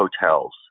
hotels